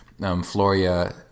Floria